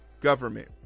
government